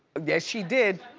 yes she did.